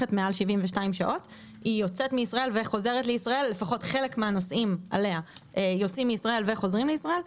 שלפחות חלק מהנוסעים עליה יוצאים מישראל וחוזרים מישראל,